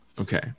Okay